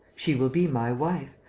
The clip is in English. she will be my wife,